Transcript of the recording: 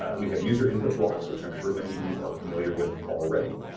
we have user input blocks, which i'm sure many of you are familiar with already.